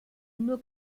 nur